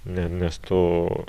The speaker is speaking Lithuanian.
ne nes tu